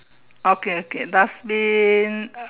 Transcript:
okay okay dustbin